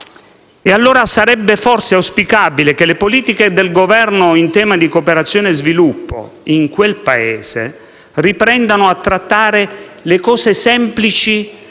allora forse auspicabile che le politiche del Governo in tema di cooperazione e sviluppo in quel Paese riprendessero a trattare le cose semplici